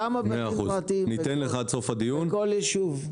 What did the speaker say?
כמה בתים פרטיים נפרסו בכל ישוב.